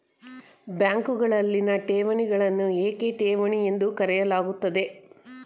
ಬ್ಯಾಂಕುಗಳಲ್ಲಿನ ಠೇವಣಿಗಳನ್ನು ಏಕೆ ಠೇವಣಿ ಎಂದು ಕರೆಯಲಾಗುತ್ತದೆ?